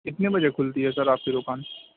کتنے بجے کھلیتی ہے سر آپ کی دکان